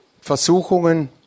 Versuchungen